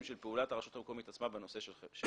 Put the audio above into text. של פעולת הרשות המקומית עצמה בנושא של גביית קנסות.